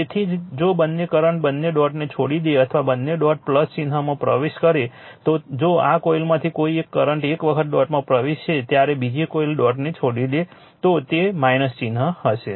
તેથી જ જો બંને કરંટ બંને ડોટને છોડી દે અથવા બંને ડોટ ચિહ્નમાં પ્રવેશ કરે તો જો આ કોઇલમાંથી કોઇ એક કરંટ એક વખત ડોટમાં પ્રવેશે ત્યારે બીજી કોઇલ ડોટછોડી દે તો તે ચિહ્ન હશે